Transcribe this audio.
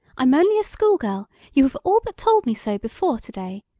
i'm only a school-girl you have all but told me so before to-day!